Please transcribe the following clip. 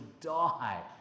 die